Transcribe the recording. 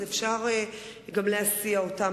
אז אפשר להסיע אותם.